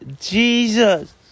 Jesus